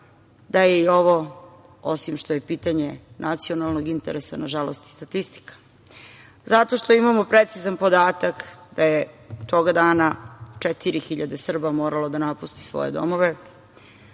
da je i ovo, osim što je pitanje nacionalnog interesa, nažalost i statistika? Zato što imamo precizan podatak da je toga dana 4.000 Srba moralo da napusti svoje domove,